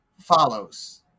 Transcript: follows